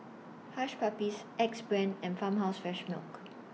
Hush Puppies Axe Brand and Farmhouse Fresh Milk